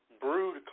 brewed